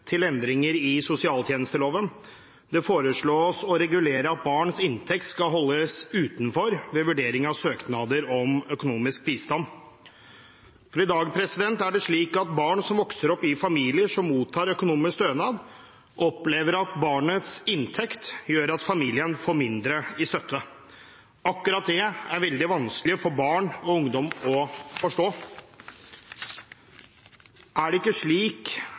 til endringer i sosialtjenesteloven. Det foreslås å regulere at barns inntekt skal holdes utenfor ved vurdering av søknader om økonomisk bistand, for i dag er det slik at barn som vokser opp i familier som mottar økonomisk stønad, opplever at barnets inntekt gjør at familien får mindre i støtte. Akkurat det er veldig vanskelig for barn og ungdom å forstå. Er det ikke slik